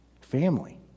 Family